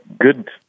good